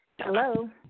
Hello